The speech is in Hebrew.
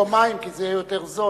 במקום מים, כי זה יהיה יותר זול.